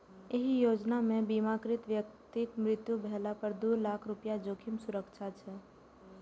एहि योजना मे बीमाकृत व्यक्तिक मृत्यु भेला पर दू लाख रुपैया जोखिम सुरक्षा छै